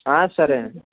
సరే అండి